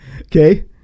Okay